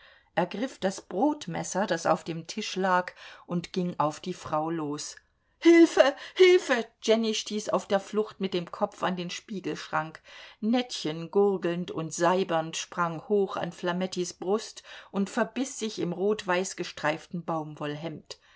ergriff das brotmesser das auf dem tisch lag und ging auf die frau los hilfe hilfe jenny stieß auf der flucht mit dem kopf an den spiegelschrank nettchen gurgelnd und seibernd sprang hoch an flamettis brust und verbiß sich im rot weiß gestreifelten